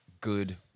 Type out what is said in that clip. good